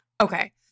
Okay